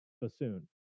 bassoon